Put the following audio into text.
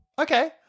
Okay